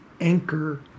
anchor